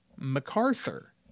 MacArthur